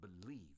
believe